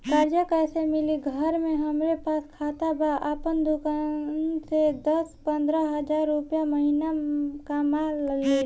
कर्जा कैसे मिली घर में हमरे पास खाता बा आपन दुकानसे दस पंद्रह हज़ार रुपया महीना कमा लीला?